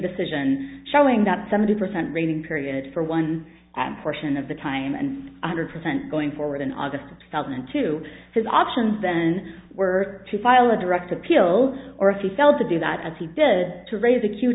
decision showing that seventy percent rating period for one portion of the time and one hundred percent going forward in august of two thousand and two his options then were to file a direct appeal or if you failed to do that as he did to raise a